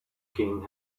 king